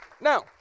Now